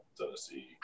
Tennessee